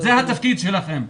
זה התפקיד שלכם.